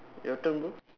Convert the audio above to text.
your turn bro